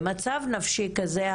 במצב נפשי כזה,